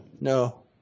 No